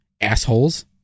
Assholes